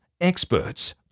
experts